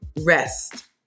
rest